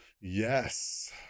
Yes